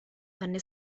venne